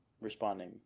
responding